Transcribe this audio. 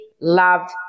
loved